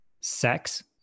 sex